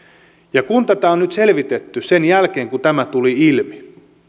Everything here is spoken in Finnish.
ja kun tätä on nyt selvitetty sen jälkeen kun tämä tuli ilmi